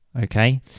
okay